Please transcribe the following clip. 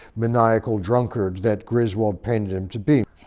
maniacal drunkard that griswold painted him to be.